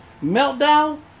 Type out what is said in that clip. Meltdown